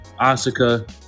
Asuka